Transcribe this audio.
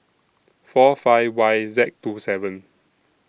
four five Y Z two seven